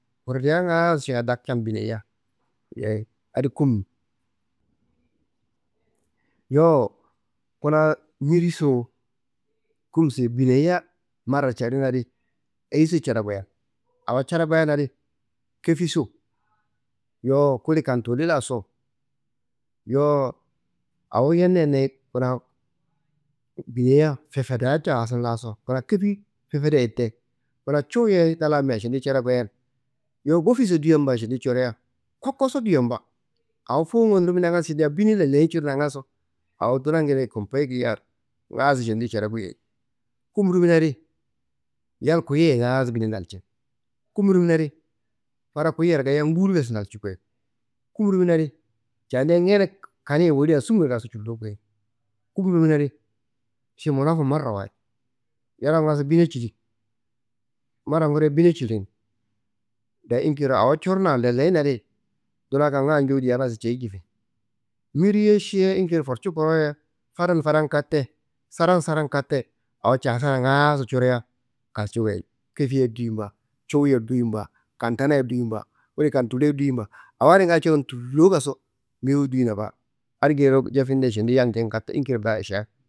sunnda sunnda foktia da dangun ši numginasungu n nummunafungu n rimia da dangun. Kurudiá ngaayo šiwa dapcen bineya, yeyi adi kum. Yowo kuna mbiriso, kumso, bineya mara celina adi eyiso cedea koyen. Awo cede koyen adi kefiso, yowo kuli kaduli laso, yowo awo yerne yerne kuna bineya fefeda caaso ngaaso kuna kefi fefedo ye te kuna cuwu ye na lan mia šendi cada koyen, do bofiso, duyen ba šendi corea kokoso, duyen ba, awo fuwungun rimina ngaaso bine la leyi cirina, awo dunangedeyi komboyi ngeyia ngaaso šendiyi šede koyen. Kum rimin adin, yal kuyiye ngaaso bine ndalcin. Kum rimin adi fada kuyiyero gayiya nguwul bes ndalcu. Kum rimin adin candia ñene kaneye wolia sumnga ngaso cutulu koyi. Kum rimina adi ši munafu marawayid yere ngaaso bine cidin. Mbarangu di bine cidin. Dayi akediro awo cirina lelena nadi duna kongan juwu diyena jeyi jifi. Bire šiye inkediro forcu korowo ye fada n fada n kate, sara n sara n kate awo casan ngaaso curea kalcu koyin kefi ye duyin ba, cuwu ye duyin ba, katana ye duyin ba, kuli katuli ye duyin ba, awo adi ngaayi coron tullo ngaso biruyi duyina ba. Adi geyiro jefinde šendin yalngeden kate inkeyi ašia.